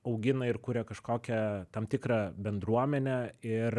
augina ir kuria kažkokią tam tikrą bendruomenę ir